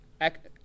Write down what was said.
act